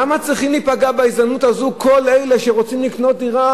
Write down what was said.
למה צריכים להיפגע בהזדמנות הזאת כל אלה שרוצים לקנות דירה,